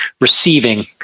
receiving